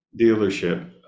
dealership